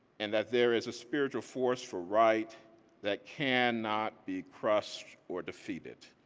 and that there is a spiritual force for right that cannot be crushed or defeated.